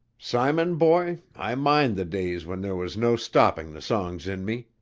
simon, boy, i mind the days when there was no stopping the songs in me.